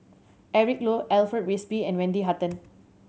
Eric Low Alfred Frisby and Wendy Hutton